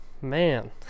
man